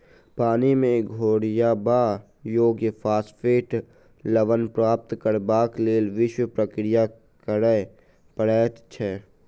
पानि मे घोरयबा योग्य फास्फेट लवण प्राप्त करबाक लेल विशेष प्रक्रिया करय पड़ैत छै